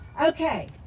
Okay